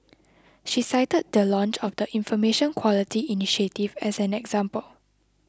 she cited the launch of the Information Quality initiative as an example